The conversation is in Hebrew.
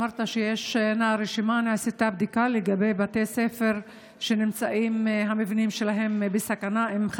אמרת שנעשתה בדיקה לגבי בתי ספר שהמבנים שלהם נמצאים בסכנה אם,